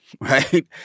right